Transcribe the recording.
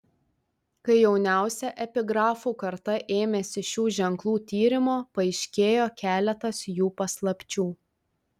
kai jauniausia epigrafų karta ėmėsi šių ženklų tyrimo paaiškėjo keletas jų paslapčių